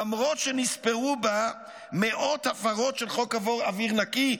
למרות שנספרו בה מאות הפרות של חוק אוויר נקי?